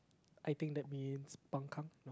I think that means